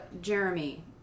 Jeremy